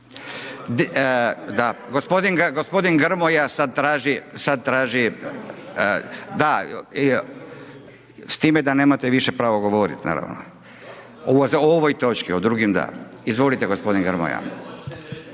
Da gospodin Grmoja sada traži, da, s time da više nemate pravo govoriti, naravno, o ovoj točci, o drugoj da. Izvolite gospodin Grmoja.